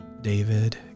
David